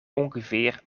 ongeveer